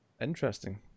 Interesting